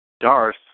Darth